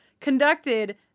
conducted